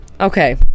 Okay